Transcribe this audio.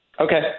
Okay